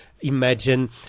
imagine